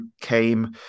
came